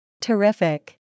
Terrific